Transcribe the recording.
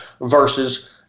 versus